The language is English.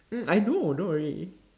mm I know don't worry